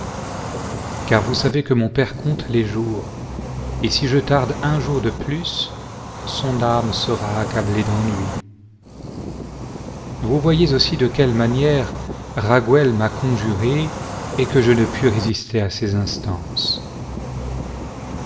car vous savez que mon père compte les jours et si je tarde un jour de plus son âme sera accablée d'ennui vous voyez aussi de quelle manière raguël m'a conjuré et que je ne puis résister à ses instances